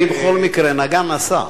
אני בכל מקרה "נגע-נסע".